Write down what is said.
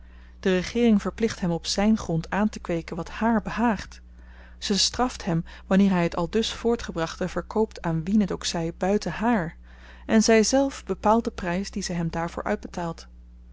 de regeering verplicht hem op zyn grond aantekweeken wat haar behaagt ze straft hem wanneer hy het aldus voortgebrachte verkoopt aan wien het ook zy buiten hààr en zyzelf bepaalt den prys dien ze hem daarvoor uitbetaalt